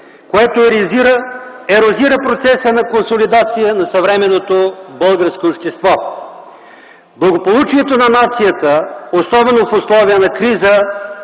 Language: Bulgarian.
което ерозира процеса на консолидация на съвременното българско общество. Благополучието на нацията, особено в условията на криза,